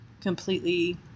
completely